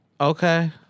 Okay